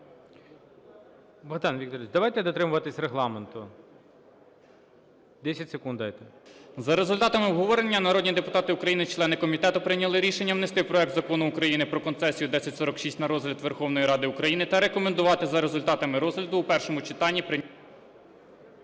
Богдан Вікторович, давайте дотримуватися регламенту. 10 секунд дайте. КИЦАК Б.В. За результатами обговорення народні депутати України члени комітету прийняли рішення внести проект Закону України про концесію (1046) на розгляд Верховної Ради України та рекомендувати за результатами розгляду в першому читанні…